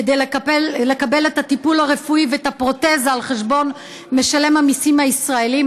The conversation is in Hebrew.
כדי לקבל את הטיפול הרפואי ואת הפרוטזה על חשבון משלם המיסים הישראלי,